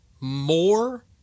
more